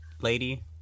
lady